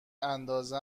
اندازه